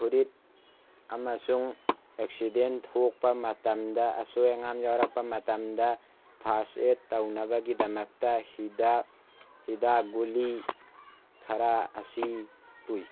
ꯐꯨꯔꯤꯠ ꯑꯃꯁꯨꯡ ꯑꯦꯛꯁꯤꯗꯦꯟ ꯊꯣꯛꯄ ꯃꯇꯝꯗ ꯑꯁꯣꯏ ꯑꯉꯥꯝ ꯌꯥꯎꯔꯛꯄ ꯃꯇꯝꯗ ꯐꯥꯔꯁ ꯑꯦꯠ ꯇꯧꯅꯕꯒꯤꯗꯃꯛꯇ ꯍꯤꯗꯥꯛ ꯍꯤꯗꯥꯛ ꯒꯨꯂꯤ ꯈꯔ ꯑꯁꯤ ꯄꯨꯏ